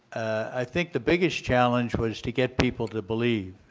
i think the biggest challenge was to get people to believe,